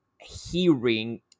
hearing